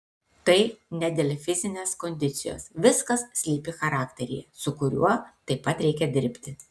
tai ne dėl fizinės kondicijos viskas slypi charakteryje su kuriuo taip pat reikia dirbti